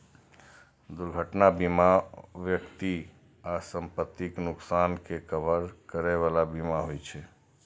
दुर्घटना बीमा व्यक्ति आ संपत्तिक नुकसानक के कवर करै बला बीमा होइ छे